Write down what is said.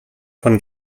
von